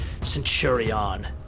Centurion